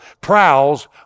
prowls